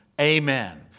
amen